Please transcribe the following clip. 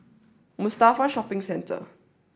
Mustafa Shopping Centre